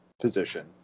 position